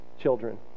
children